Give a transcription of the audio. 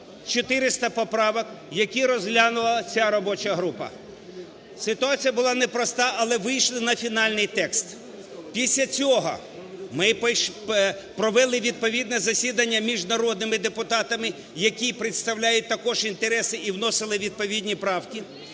400 поправок, які розглянула ця робоча група. Ситуація була непроста, але вийшли на фінальний текст. Після цього ми провели відповідне засідання між народними депутатами, які представляють також інтереси і вносили відповідні правки,